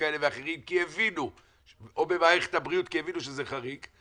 כאלה ואחרים או במערכת הבריאות כי הבינו שזה חריג,